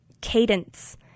cadence